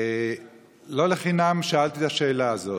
לא לחינם שאלתי את השאלה הזאת.